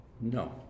No